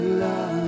love